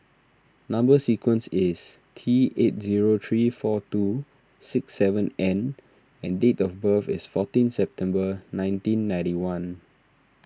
Number Sequence is T eight zero three four two six seven N and date of birth is fourteen September nineteen ninety one